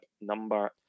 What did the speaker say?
number